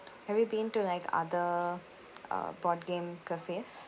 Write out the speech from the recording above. have you been to like other uh board game cafes